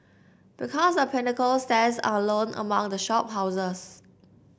because The Pinnacle stands alone among the shop houses